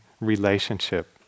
relationship